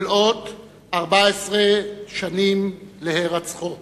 במלאות 14 שנים להירצחו.